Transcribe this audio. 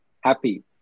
Happy